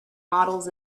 models